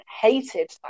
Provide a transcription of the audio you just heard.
hated